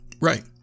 Right